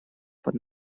под